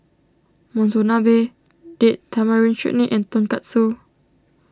Monsunabe Date Tamarind Chutney and Tonkatsu